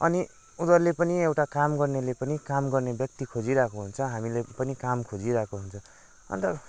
अनि उनीहरूले पनि एउटा काम गर्ने व्यक्ति खोजिरहेको हुन्छ हामीले पनि काम खोजिराको हुन्छ अन्त